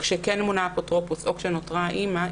כשכן מונה אפוטרופוס או כשנותרה האימא,